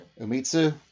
Umitsu